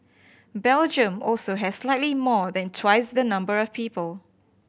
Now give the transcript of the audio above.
Belgium also has slightly more than twice the number of people